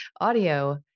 audio